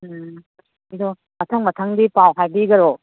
ꯎꯝ ꯑꯗꯣ ꯃꯊꯪ ꯃꯊꯪꯗꯤ ꯄꯥꯎ ꯍꯥꯏꯕꯤꯒꯔꯣ